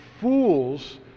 fools